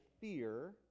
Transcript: fear